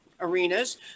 arenas